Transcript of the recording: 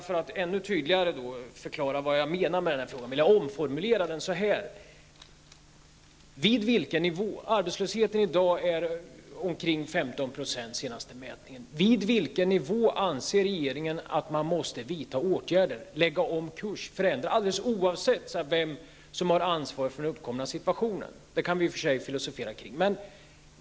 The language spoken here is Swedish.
För att ännu tydligare förklara vad jag menar med min fråga skulle jag därför vilja omformulera den. Arbetslösheten inom detta område låg vid den senaste mätningen på omkring 15 %. Alldeles oavsett vem som har ansvar för den uppkomna situationen -- och detta kan vi ju i och för sig filosofera kring -- undrar jag: Vid vilken nivå anser regeringen att man måste vidta åtgärder, lägga om kurs?